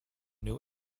new